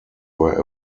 were